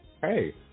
hey